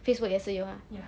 facebook 也是有 ha